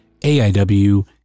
AIW